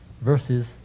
verses